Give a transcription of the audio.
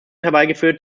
herbeigeführt